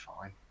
fine